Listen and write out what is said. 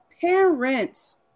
parents